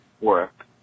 work